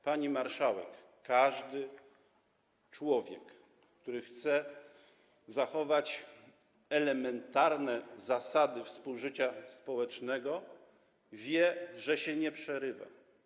Pani marszałek, każdy człowiek, który chce zachować elementarne zasady współżycia społecznego, wie, że się nie przerywa.